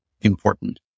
important